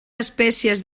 espècies